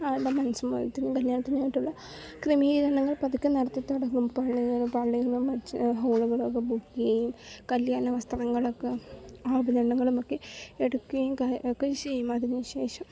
ആളുടെ മനസമ്മതത്തിനും കല്യാണത്തിനുമായിട്ടുള്ള ക്രമീകരണങ്ങൾ പതുക്കെ നടത്തി തുടങ്ങും പള്ളിയിൽ നിന്നും മറ്റ് ഹോളുകളൊക്കെ ബുക്ക് ചെയ്യും കല്യാണ വസ്ത്രങ്ങളൊക്കെ ആഭരണങ്ങളൊക്കെ എടുക്കുകയും ഒക്കെ ചെയ്യും അതിനുശേഷം